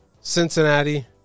Cincinnati